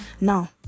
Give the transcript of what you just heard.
now